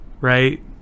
right